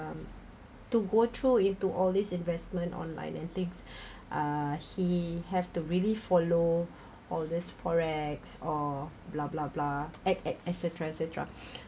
um to go through into all these investment online and things uh he have to really follow all these forex or blah blah blah et et et cetera et cetera